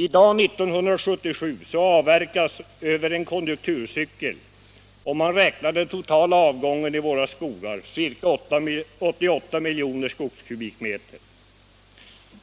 I dag, 1977, avverkas över en konjunkturcykel, om man räknar den totala avgången i våra skogar, ca 88 miljoner skogskubikmeter.